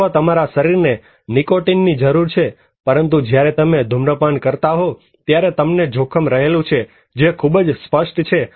અથવા તમારા શરીરને નિકોટીન ની જરૂર છે પરંતુ જ્યારે તમે ધૂમ્રપાન કરતા હો ત્યારે તમને જોખમ રહેલું છે જે ખૂબ જ સ્પષ્ટ છે